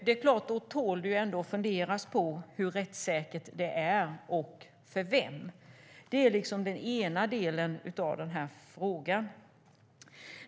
Då tål det att funderas på hur rättssäkert läget egentligen är och för vem. Detta är den ena delen av frågan.